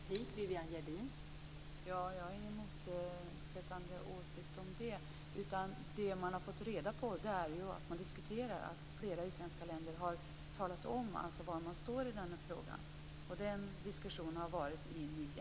Fru talman! Jag har ingen annan åsikt om det. Vad som framkommit är att det diskuteras att flera länder talat om var man står i frågan. Den diskussionen har varit i NIA.